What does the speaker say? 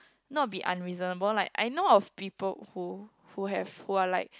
not be unreasonable like I know of people who who have who are like